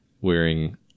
wearing